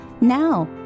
now